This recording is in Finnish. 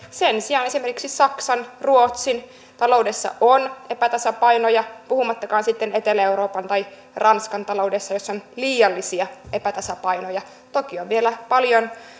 sen sijaan esimerkiksi saksan ja ruotsin taloudessa on epätasapainoja puhumattakaan sitten etelä euroopan tai ranskan talouksista joissa on liiallisia epätasapainoja toki on vielä paljon